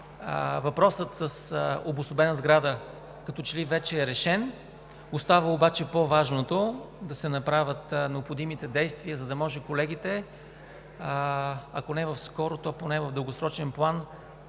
Въпросът за обособена сграда като че ли вече е решен, остава обаче по-важното – да се направят необходимите действия, за да може колегите, ако не скоро, то поне в дългосрочен план,